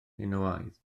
minoaidd